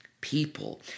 people